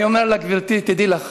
אני אומר לה: גברתי, תדעי לך,